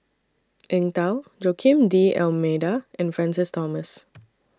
Eng Tow Joaquim D'almeida and Francis Thomas